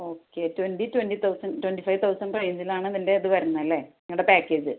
okay twenty twenty thousand twenty five thousand റേയ്ഞ്ചിലാണ് ഇതിന്റെ ഇത് വരുന്നത് അല്ലെ നിങ്ങളുടെ പാക്കേജ്